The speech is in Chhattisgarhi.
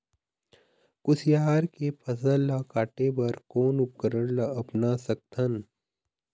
कुसियार के फसल ला काटे बर कोन उपकरण ला अपना सकथन?